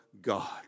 God